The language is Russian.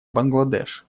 бангладеш